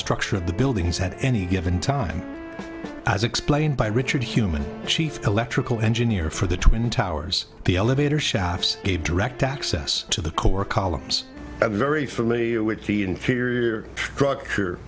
structure of the buildings had any given time as explained by richard human chief electrical engineer for the twin towers the elevator shaft a direct access to the core columns a very familiar with the interior structure